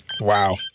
Wow